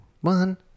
One